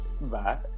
Bye